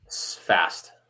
Fast